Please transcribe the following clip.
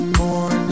more